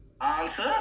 answer